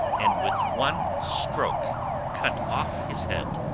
and with one stroke cut off his head.